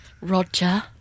roger